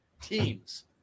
teams